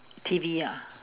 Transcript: T_V ah